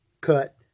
cut